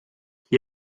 qui